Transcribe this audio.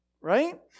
right